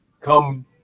come